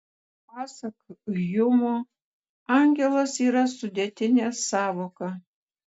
pasak hjumo angelas yra sudėtinė sąvoka